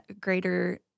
greater